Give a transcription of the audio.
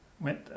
Went